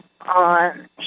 on